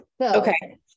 Okay